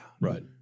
Right